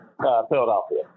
Philadelphia